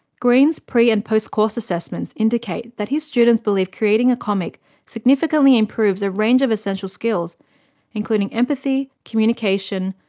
green's pre and post-course assessments indicate that his students believe creating a comic significantly improves a range of essential skills including empathy, communication,